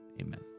amen